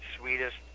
sweetest